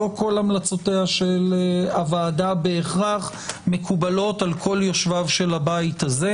לא כל המלצותיה של הוועדה בהכרח מקובלות על כל יושביו של הבית הזה,